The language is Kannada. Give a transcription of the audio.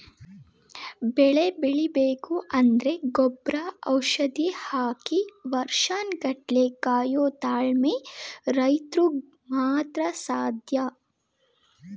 ಬೆಳೆ ಬೆಳಿಬೇಕು ಅಂದ್ರೆ ಗೊಬ್ರ ಔಷಧಿ ಹಾಕಿ ವರ್ಷನ್ ಗಟ್ಲೆ ಕಾಯೋ ತಾಳ್ಮೆ ರೈತ್ರುಗ್ ಮಾತ್ರ ಸಾಧ್ಯ